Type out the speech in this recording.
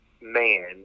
man